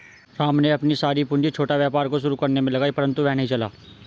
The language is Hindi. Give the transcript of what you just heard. राम ने अपनी सारी पूंजी छोटा व्यापार को शुरू करने मे लगाई परन्तु वह नहीं चला